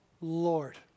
Lord